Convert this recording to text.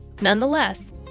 Nonetheless